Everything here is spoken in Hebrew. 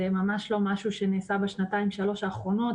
ממש לא משהו שנעשה בשנתיים-שלוש האחרונות,